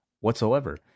whatsoever